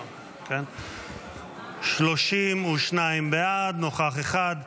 32 בעד, נוכח אחד.